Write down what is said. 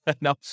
No